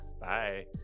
Bye